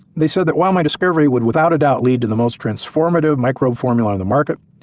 they said that while my discovery would without a doubt lead to the most transformative microbe formula on the market,